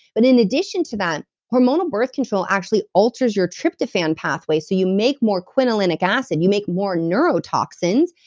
but in addition to that hormonal birth control actually alters your tryptophan pathway, so you make more quinolinic acid, you make more neurotoxins,